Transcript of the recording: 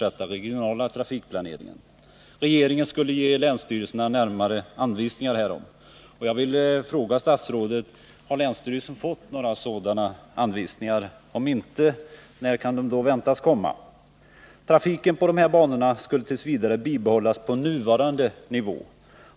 Trafiken på dessa banor skulle tills vidare bibehållas på nuvarande nivå.